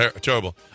terrible